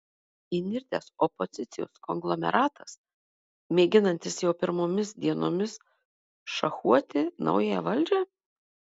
įnirtęs opozicijos konglomeratas mėginantis jau pirmomis dienomis šachuoti naująją valdžią